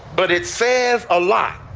but it says a lot